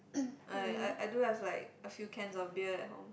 I I I do have like a few cans of beer at home